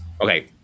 Okay